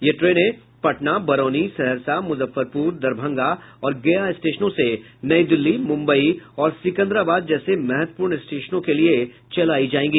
यह ट्रेनें पटना बरौनी सहरसा मुजफ्फरपुर दरभंगा और गया स्टेशनों से नई दिल्ली मुम्बई और सिकंदराबाद जैसे महत्वपूर्ण स्टेशनों के लिए चलायी जायेगी